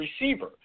receiver